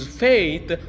faith